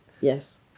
yes